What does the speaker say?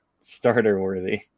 starter-worthy